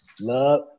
Love